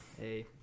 Hey